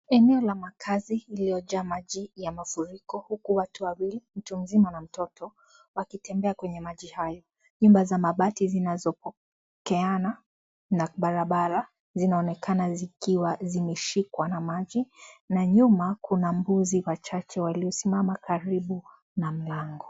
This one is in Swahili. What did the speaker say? Eneo la makazi iliyojaa maji ya mafuriko huku watu wawili , mtu mzima na mtoto wakitembea kwenye maji hayo. Nyumba za mabati zinazopokeana na barabara ,zinaonekana zikiwa zimeshikwa na maji na nyuma kuna mbuzi wachache waliosimama karibu na mlango.